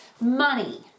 money